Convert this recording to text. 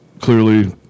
clearly